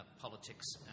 politics